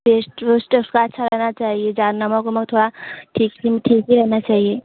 test वेस्ट सबका अच्छा रहना चाहिए चाह नमक वमक थोड़ा टिफिन ठीक ही रहना चाहिए